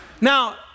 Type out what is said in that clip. Now